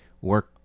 work